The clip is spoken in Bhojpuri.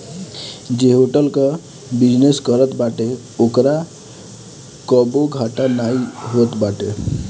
जे होटल कअ बिजनेस करत बाटे ओकरा कबो घाटा नाइ होत बाटे